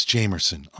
Jamerson